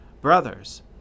Brothers